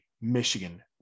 Michigan